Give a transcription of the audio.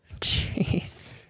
jeez